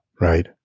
Right